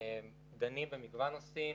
דנים במגוון נושאים,